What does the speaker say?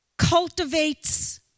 cultivates